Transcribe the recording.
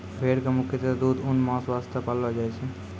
भेड़ कॅ मुख्यतः दूध, ऊन, मांस वास्तॅ पाललो जाय छै